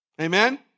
Amen